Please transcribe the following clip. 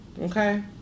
Okay